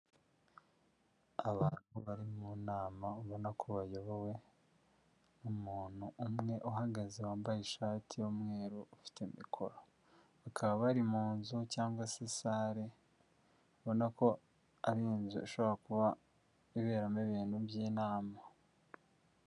Abantu bari mu nama ubona ko bayobowe n'umuntu umwe uhagaze wambaye ishati y'umweru ufite mikoro, bakaba bari mu nzu cyangwa se sare ubona ko ari inzu ishobora kuba iberamo ibintu by'inama.